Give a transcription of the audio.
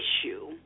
issue